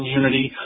unity